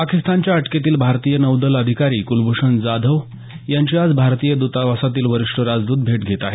पाकिस्तानच्या अटकेतील भारतीय नौदल अधिकारी क्लभूषण जाधव यांची आज भारतीय दतावासातील वरिष्ठ राजदत भेट घेत आहेत